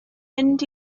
mynd